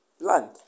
plant